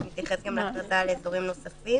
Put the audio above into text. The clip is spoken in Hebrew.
שמתייחס גם להכרזה על אזורים נוספים